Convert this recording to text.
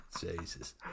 Jesus